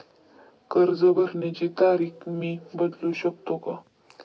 कर्ज भरण्याची तारीख मी बदलू शकतो का?